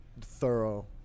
thorough